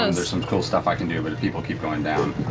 ah there's some cool stuff i can do, but people keep going down.